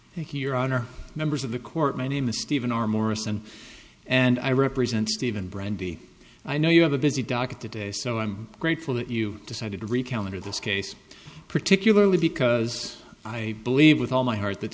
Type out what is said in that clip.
honor members of the court my name is stephen or morrison and i represent steven brandy i know you have a busy docket today so i'm grateful that you decided to recount under this case particularly because i believe with all my heart that